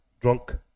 drunk